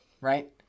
right